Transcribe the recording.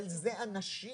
אבל אלה אנשים